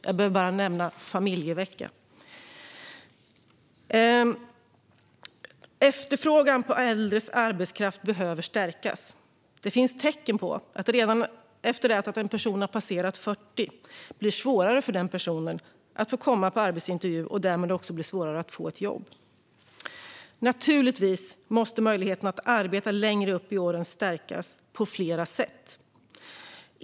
Jag behöver bara nämna familjeveckan. Efterfrågan på äldres arbetskraft behöver stärkas. Det finns tecken på att det blir svårare för en person att få komma på arbetsintervju redan efter det att personen passerat 40. Därmed blir det också svårare att få ett jobb. Naturligtvis måste möjligheten att arbeta längre upp i åren stärkas på flera sätt.